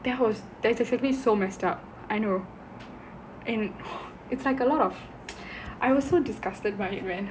there was that is actually so messed up I know and it's like a lot of I was so disgusted by it man